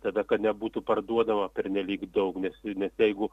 tada kad nebūtų parduodama pernelyg daug nes nes jeigu